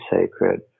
sacred